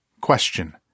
Question